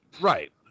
right